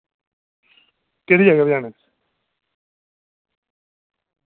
केह्ड़ी जगह भजाने